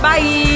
Bye